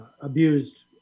abused